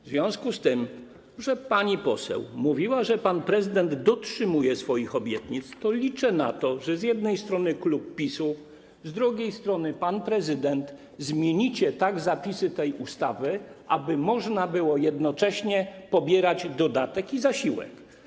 W związku z tym, że pani poseł mówiła, że pan prezydent dotrzymuje swoich obietnic, liczę na to, że z jednej strony klub PiS-u, a z drugiej strony pan prezydent zmienicie tak zapisy tej ustawy, aby można było jednocześnie pobierać dodatek i zasiłek.